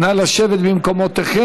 נא לשבת במקומותיכם.